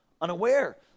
unaware